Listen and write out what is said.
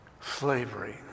Slavery